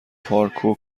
پارکور